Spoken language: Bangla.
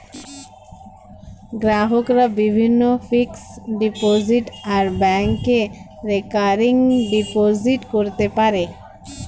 গ্রাহকরা বিভিন্ন ফিক্সড ডিপোজিট আর ব্যাংকে রেকারিং ডিপোজিট করতে পারে